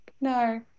No